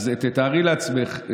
אז תתארי לעצמך,